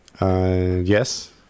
Yes